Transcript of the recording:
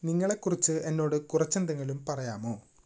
നിങ്ങളെക്കുറിച്ച് എന്നോട് കുറച്ചെന്തെങ്കിലും പറയാമോ